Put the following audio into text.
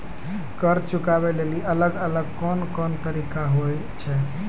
कर्जा चुकाबै लेली अलग अलग कोन कोन तरिका होय छै?